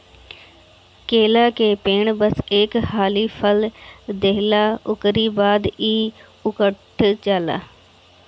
केला के पेड़ बस एक हाली फल देला उकरी बाद इ उकठ जाला